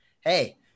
Hey